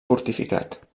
fortificat